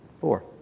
four